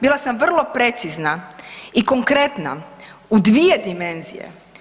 Bila sam vrlo precizna i konkretna u dvije dimenzije.